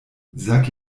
sag